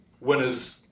winners